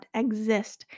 exist